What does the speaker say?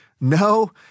No